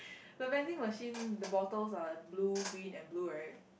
the vending machine the bottles are blue green and blue right